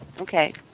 Okay